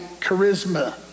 charisma